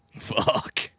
Fuck